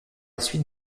suite